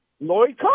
Lloyd